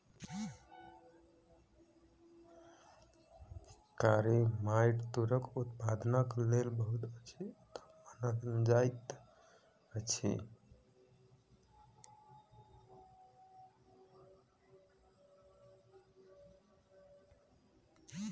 कारी माइट तूरक उत्पादनक लेल बहुत उत्तम मानल जाइत अछि